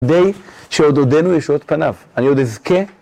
די, שעוד אודנו ישועות פניו, אני עוד אזכה.